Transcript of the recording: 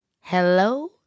Hello